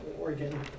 Oregon